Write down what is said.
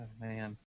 man